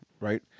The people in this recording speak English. right